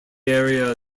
area